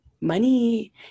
money